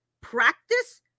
practice